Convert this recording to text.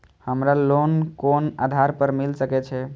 हमरा लोन कोन आधार पर मिल सके छे?